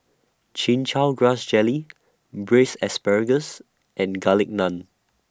Chin Chow Grass Jelly Braised Asparagus and Garlic Naan